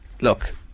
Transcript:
look